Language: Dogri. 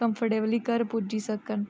कंफटेवली घर पुज्जी सकन